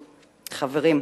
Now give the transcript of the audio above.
חברים,